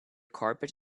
carpet